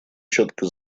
четко